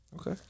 Okay